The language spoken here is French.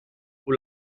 pour